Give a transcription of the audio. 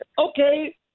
Okay